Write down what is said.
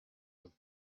with